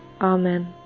Amen